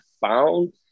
found